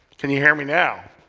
can you hear me now?